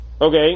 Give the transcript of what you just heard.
Okay